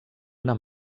una